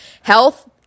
Health